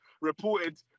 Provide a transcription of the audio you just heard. reported